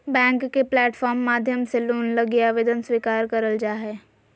bank के platform माध्यम से लोन लगी आवेदन स्वीकार करल जा हय